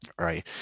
Right